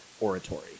oratory